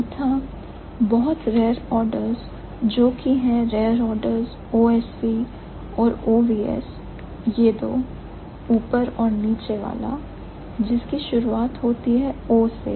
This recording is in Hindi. चौथा बहुत rare orders जोकि हैं rare orders OSV और OVS यह दो ऊपर और नीचे वाला दिन की शुरुआत होती है O से